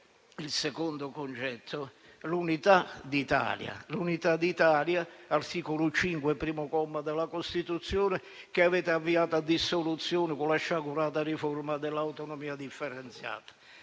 Il secondo concetto è l'unità d'Italia (all'articolo 5, primo comma, della Costituzione), che avete avviato a dissoluzione con la sciagurata riforma dell'autonomia differenziata.